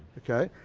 okay.